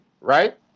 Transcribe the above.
right